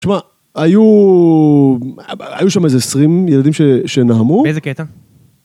תשמע, היו... היו שם איזה עשרים ילדים ש.. שנהמו.. באיזה קטע?